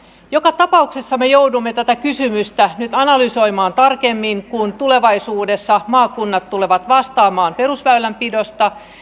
joka tapauksessa me joudumme tätä kysymystä nyt analysoimaan tarkemmin kun tulevaisuudessa maakunnat tulevat vastaamaan perusväylänpidosta